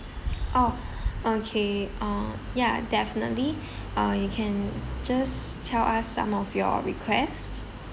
orh okay uh ya definitely uh you can just tell us some of your requests